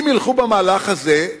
אם ילכו במהלך הזה,